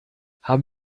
haben